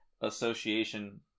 Association